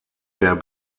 der